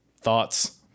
Thoughts